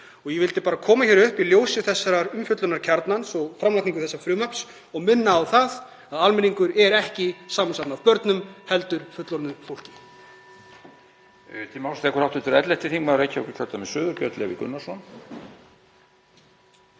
Ég vildi bara koma hingað upp í ljósi þessarar umfjöllunar Kjarnans og framlagningu þessa frumvarps og minna á að almenningur er ekki samansafn af börnum heldur fullorðnu fólki.